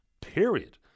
period